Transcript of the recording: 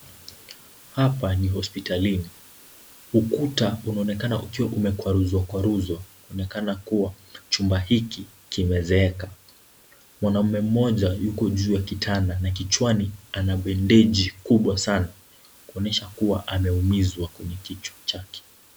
Hapa ni hospitalini. Ukuta unaonekana kuwa umekwaruzwakwaruzwa. Unaonekana kuwa chumba hiki kimezeeka. Mwanaume mmoja yuko juu ya kitanda na kichwani ana bendeji kubwa sana kuonyesha kuwa ameumizwa kwenye kichwa chake.